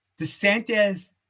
DeSantis